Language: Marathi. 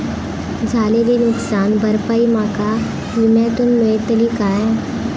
झालेली नुकसान भरपाई माका विम्यातून मेळतली काय?